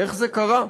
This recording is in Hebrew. איך זה קרה,